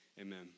Amen